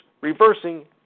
reversing